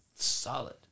solid